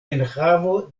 enhavo